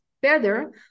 better